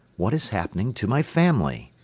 what is happening to my family?